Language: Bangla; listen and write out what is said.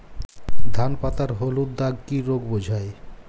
ধান পাতায় হলুদ দাগ কি রোগ বোঝায়?